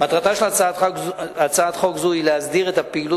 מטרתה של הצעת חוק זו היא להסדיר את הפעילות